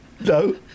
No